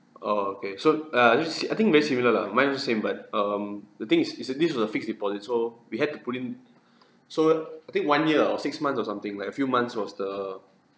orh okay so uh I just see I think very similar lah mine also same but um the thing is it's a this is a fixed deposit so we had to put in so I think one year or six month or something like a few months was the